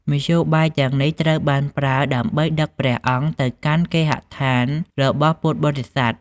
មធ្យោបាយទាំងនេះ ត្រូវបានប្រើ ដើម្បីដឹកព្រះអង្គទៅកាន់គេហដ្ឋានរបស់ពុទ្ធបរិស័ទ។